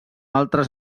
altres